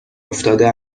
افتاده